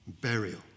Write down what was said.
burial